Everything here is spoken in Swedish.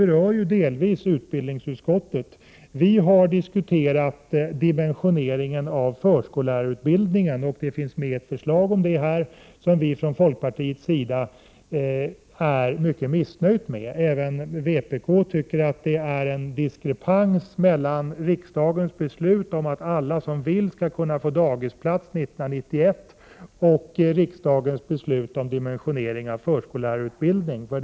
Detta berör delvis utbildningsutskottet. Där har vi diskuterat dimensioneringen av förskollärarutbildningen. Det föreligger ett förslag på den punkten som vi i folkpartiet är mycket missnöjda med. Även vpk tycker att det är en diskrepans mellan riksdagens beslut om att alla som vill skall kunna få dagisplats 1991 och riksdagens beslut om dimensioneringen av förskollärarutbildningen.